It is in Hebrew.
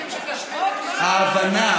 ההבנה